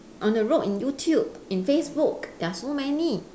on the road in you tube in facebook there are so many